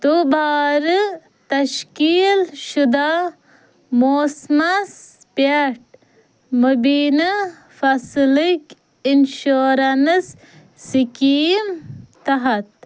دُبارٕ تشکیٖل شُدہ موسمَس پٮ۪ٹھ مُبیٖنہٕ فصلکٕۍ اِنشوریٚنٕس سِکیٖم تحت